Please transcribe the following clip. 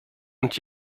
und